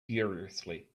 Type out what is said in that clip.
furiously